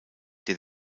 der